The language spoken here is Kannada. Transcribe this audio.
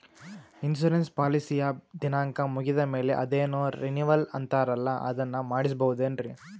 ಇನ್ಸೂರೆನ್ಸ್ ಪಾಲಿಸಿಯ ದಿನಾಂಕ ಮುಗಿದ ಮೇಲೆ ಅದೇನೋ ರಿನೀವಲ್ ಅಂತಾರಲ್ಲ ಅದನ್ನು ಮಾಡಿಸಬಹುದೇನ್ರಿ?